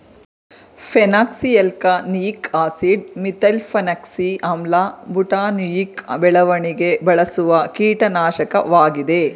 phenoxyalkanoic acid, methylphenoxy ಆಮ್ಲ, butanoic ಬೆಳೆಗಳಿಗೆ ಬಳಸುವ ಕೀಟನಾಶಕವಾಗಿದೆ